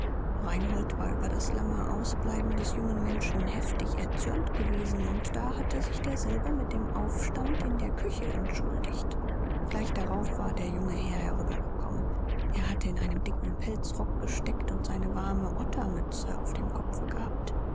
reinhold war über das lange ausbleiben des jungen menschen heftig erzürnt gewesen und da hatte sich derselbe mit dem aufstand in der küche entschuldigt gleich darauf war der junge herr herüber gekommen er hatte in einem dicken pelzrock gesteckt und seine warme ottermütze auf dem kopfe gehabt